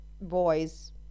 boys